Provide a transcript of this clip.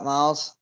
Miles